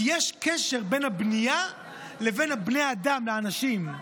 כי יש קשר בין הבנייה לבין בני האדם, לאנשים.